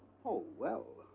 oh, well.